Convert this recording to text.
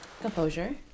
composure